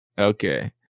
Okay